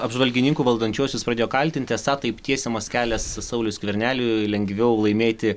apžvalgininkų valdančiuosius pradėjo kaltinti esą taip tiesiamas kelias sauliui skverneliui lengviau laimėti